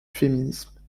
féminisme